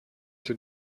too